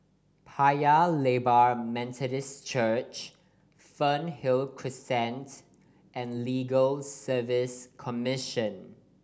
Paya Lebar Methodist Church Fernhill Crescent and Legal Service Commission